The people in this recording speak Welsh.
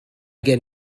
gen